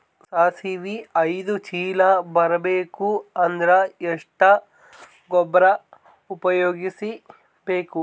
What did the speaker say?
ಸಾಸಿವಿ ಐದು ಚೀಲ ಬರುಬೇಕ ಅಂದ್ರ ಎಷ್ಟ ಗೊಬ್ಬರ ಉಪಯೋಗಿಸಿ ಬೇಕು?